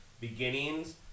beginnings